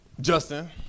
Justin